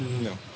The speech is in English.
No